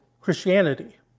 Christianity